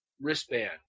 wristband